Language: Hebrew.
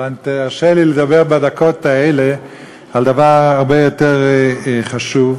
אבל תרשה לי לדבר בדקות האלה על דבר הרבה יותר חשוב.